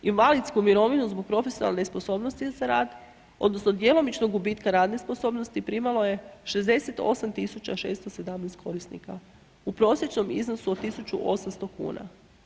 Invalidsku mirovinu zbog profesionalne sposobnosti za rad odnosno djelomičnog gubitka radne sposobnosti, primalo je 68 617 korisnika u prosječnom iznosu od 1800 kuna.